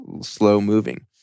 slow-moving